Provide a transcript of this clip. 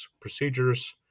Procedures